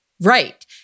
Right